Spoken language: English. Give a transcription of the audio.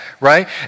right